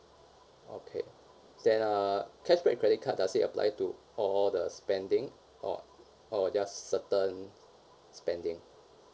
okay then uh cashback credit card does it apply to all the spending or or just certain spending